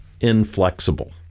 inflexible